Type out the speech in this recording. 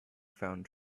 found